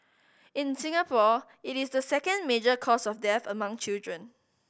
in Singapore it is the second major cause of death among children